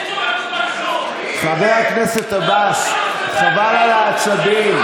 חבר הכנסת עבאס, חבל על העצבים.